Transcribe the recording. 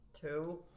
Two